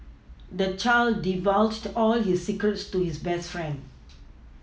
the child divulged all his secrets to his best friend